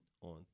on